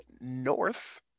North